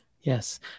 Yes